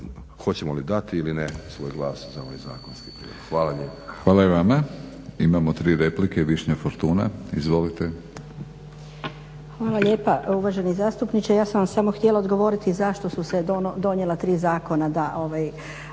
hoćemo li dati ili ne svoj glas za ovaj zakonski prijedlog. Hvala lijepo.